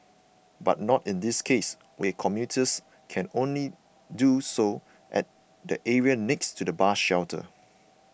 but not in this case where commuters can only do so at the area next to the bus shelter